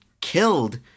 killed